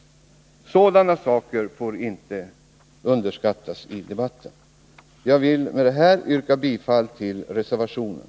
Sådana saker får inte underskattas i debatten. Herr talman! Jag vill med det anförda yrka bifall till reservationen.